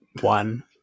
One